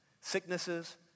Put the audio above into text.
sicknesses